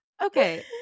Okay